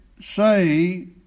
say